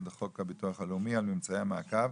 לחוק הביטוח הלאומי על ממצאי המעקב